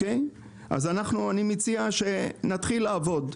אני מציע שנתחיל לעבוד: